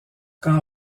quand